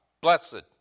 Blessed